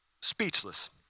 speechless